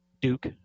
Duke